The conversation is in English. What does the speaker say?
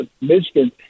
Michigan